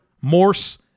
Morse